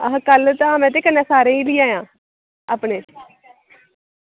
आहो कल्ल धाम ऐ ते कन्नै सारें आ लेई आयां अपने